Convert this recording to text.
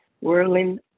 whirling